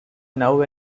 now